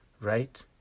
right